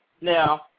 Now